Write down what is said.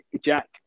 jack